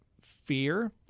fear